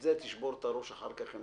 בעניין זה תשבור את הראש אחר כך עם